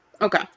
Okay